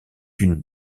une